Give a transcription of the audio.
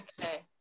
okay